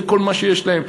זה כל מה שיש להם,